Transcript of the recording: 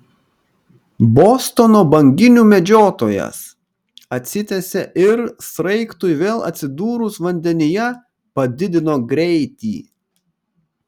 bostono banginių medžiotojas atsitiesė ir sraigtui vėl atsidūrus vandenyje padidino greitį